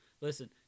Listen